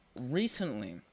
Recently